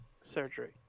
surgery